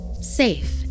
safe